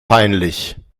peinlich